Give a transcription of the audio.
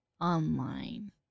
online